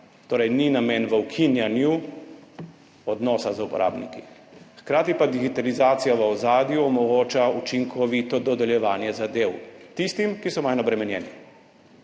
Torej ni namen v ukinjanju odnosa z uporabniki. Hkrati pa digitalizacija v ozadju omogoča učinkovito dodeljevanje zadev tistim, ki so manj obremenjeni.